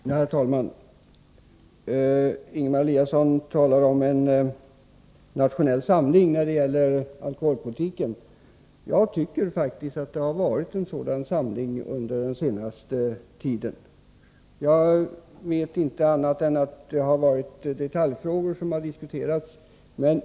Herr talman! Ingemar Eliasson talar om en nationell samling i fråga om alkoholpolitiken. Jag tycker faktiskt att det har varit en sådan samling under den senaste tiden. Jag vet inte annat än att det har varit detaljfrågor som diskuterats.